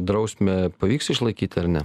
drausmę pavyks išlaikyti ar ne